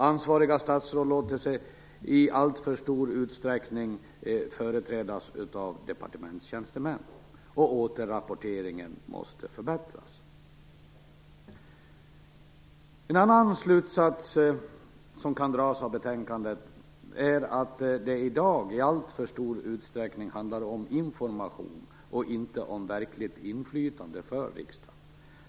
Ansvariga statsråd låter sig i alltför stor utsträckning företrädas av departementstjänstemän. Återrapporteringen måste förbättras. En annan slutsats som kan dras av betänkandet är att det i dag i alltför stor utsträckning handlar om information och inte om verkligt inflytande för riksdagen.